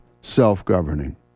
self-governing